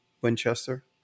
Winchester